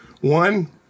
One